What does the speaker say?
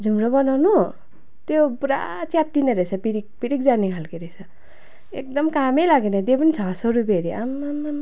झुम्रो बनाउनु त्यो पुरा च्यात्तिने रहेछ पिरिक पिरिक जाने खालको रहेछ एकदम कामै लागेन त्यो पनि छ सौ रुपियाँ अरे आम्मामा